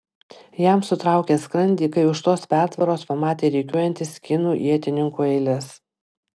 jam sutraukė skrandį kai už tos pertvaros pamatė rikiuojantis kinų ietininkų eiles